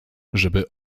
żeby